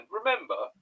remember